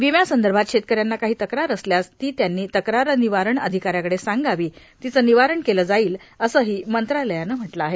विम्यासंदर्भात शेतकऱ्यांना काही तक्रार असल्यास ती त्यांनी तक्रार निवारण अधिकाऱ्याकडे सांगावी तिचे निवारण केलं जाईल असंही मंत्रालयानं म्हटलं आहे